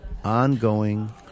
ongoing